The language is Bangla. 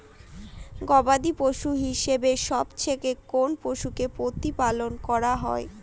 গবাদী পশু হিসেবে সবচেয়ে কোন পশুকে প্রতিপালন করা হয়?